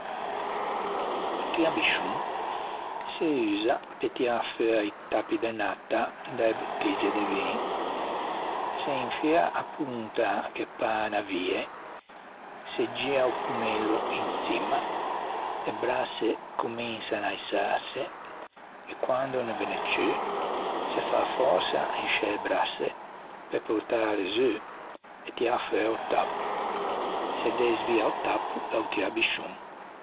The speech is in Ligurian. O tiabuscion se usa pe tiâ feua i tappi de natta da-e bottigge de vin. Se infia a ponta ch'a pâ unna vie, se gia o pommello in çimma, e brasse cominsan à ïsâse e quande o no ghe n'é ciù, se fa fòrsa in scê brasse pe portâle zu e tiâ feua o tappo. Se desvia o tappo da-o tiabuscion.